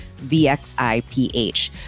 VXIPH